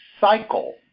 cycle